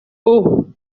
اوه